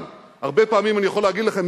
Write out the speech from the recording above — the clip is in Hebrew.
הרבה פעמים אני יכול להגיד לכם,